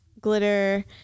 glitter